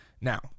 Now